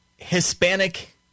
Hispanic